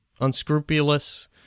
unscrupulous